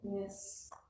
Yes